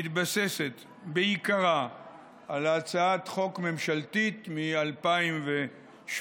מתבססת בעיקרה על הצעת חוק ממשלתית מ-2017,